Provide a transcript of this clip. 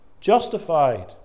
justified